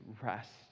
rest